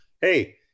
hey